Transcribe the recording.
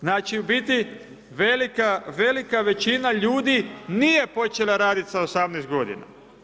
Znači u biti velika većina ljudi nije počela raditi sa 18 godina.